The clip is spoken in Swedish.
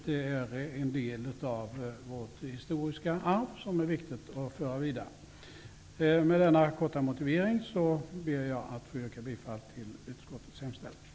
Det är en del av vårt historiska arv som det är viktigt att föra vidare. Med denna korta motivering ber jag att få yrka bifall till utskottets hemställan.